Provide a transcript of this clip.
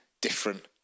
different